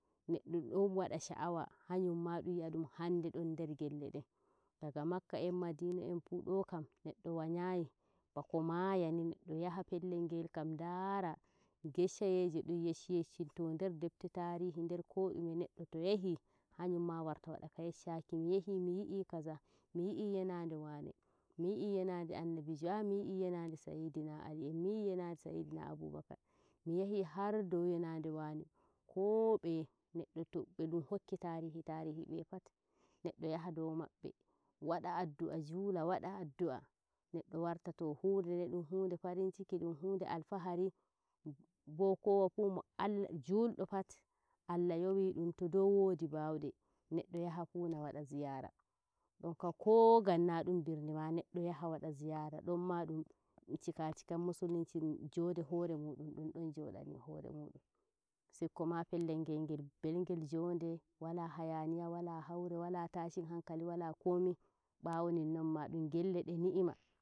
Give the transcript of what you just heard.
neɗɗo don wada sha'awa hanyunma dun yi a dun hanɗ don nder gelle den daga makka en madinarn fuu doo kam neddo wanyaayi bako maayani neddo yaha pellel ngel kam ndara geshshayeje dum yeshshi yeshshini to nder depte taarihi nder ko dume neddo to yahi, hanyun warta wada ka yeshshaki miiiyahi kaza mi yi'i yana nde waene miyi i yanande annabijo ah ah miyi'i yanande sa'idina alimiyi'i yanande saidina abubakar mi yahi har dow yanade waena koo beye neddo be dum hokki tarihi tarihi bey pat neddo yaha dow mabbe wada addu'ah jula wada addu'ah, neddo warta to hunde nde dum hunde farinciki dumhunde alfahari bo kowafu mee allah julde pat allah yowi dum to dow woodi baude neddo yaha yuuna wada zyara donkam ko gam nadum buni ma neddo yala wada ziyara don me dun ma dum cikacikan musulunci jode hore mudum dun don jodani horemudum sikka ma pellel ngel ngel belgel jonde waala hayaniya wala haure wala tashin hankali wala komi bawo ninnnonma dum gelle deh ni'ima